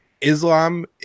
Islam